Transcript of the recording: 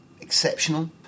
exceptional